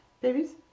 babies